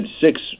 six